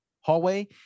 hallway